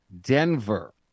Denver